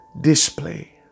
Display